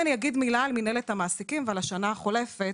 אגיד מילה על מנהלת המעסיקים ועל השנה החולפת.